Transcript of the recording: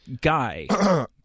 guy